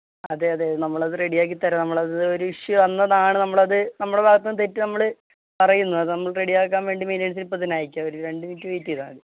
അതെ അതെ നമ്മളത് റെഡിയാക്കിത്തരും നമ്മളത് ഒരിഷ്യൂ വന്നതാണ് നമ്മളത് നമ്മുടെ ഭാഗത്തുനിന്നു തെറ്റ് നമ്മള് പറയുന്നു അതു നമ്മള് റെഡിയാക്കാന്വേണ്ടി മെയിന്റെനന്സിനിപ്പോള് തന്നെ അയയ്ക്കാം ഒരു രണ്ട് മിനിറ്റ് വേയ്റ്റിയ്താല് മതി